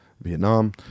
Vietnam